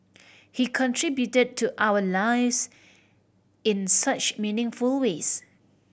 he contributed to our lives in such meaningful ways